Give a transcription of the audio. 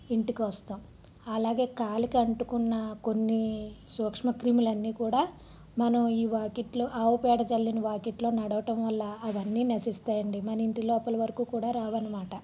ఇంటికి వస్తాం అలాగే కాలికి అంటుకున్న కొన్ని సూక్ష్మ క్రిములు అన్నీ కూడా మనం ఈ వాకిట్లో ఆవుపేడ చల్లిన వాకిట్లో నడవడం వల్ల అవన్నీ నశిస్తాయి అండి మన ఇంటిలోపల వరకు కూడా రావు అన్నమాట